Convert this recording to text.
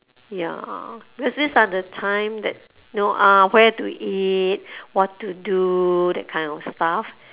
ya cause these are the time that know ah where to eat what to do that kind of stuff